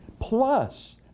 Plus